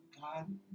God